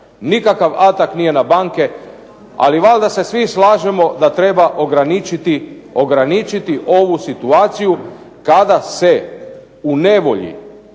nikakav atak nije na banke, ali valjda se svi slažemo da treba ograničiti ovu situaciju kada se u nevolji